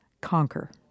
conquer